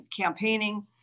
campaigning